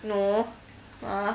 no ah